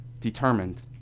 determined